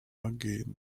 again